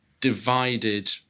divided